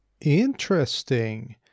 Interesting